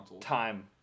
time